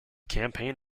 campaign